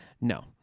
No